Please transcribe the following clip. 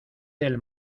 del